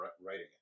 writing